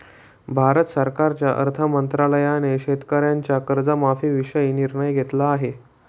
भारत सरकारच्या अर्थ मंत्रालयाने शेतकऱ्यांच्या कर्जमाफीविषयी निर्णय घेतला आहे